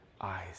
eyes